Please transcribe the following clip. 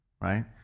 right